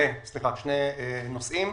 נושאים.